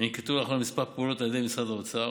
ננקטו לאחרונה כמה פעולות על ידי משרד האוצר: